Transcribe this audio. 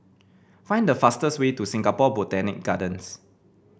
find the fastest way to Singapore Botanic Gardens